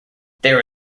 there